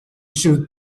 shoot